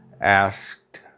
asked